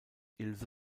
ilse